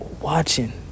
watching